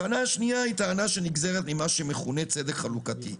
השנייה נגזרת ממה שמכונה צדק חלוקתי,